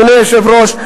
אדוני היושב-ראש,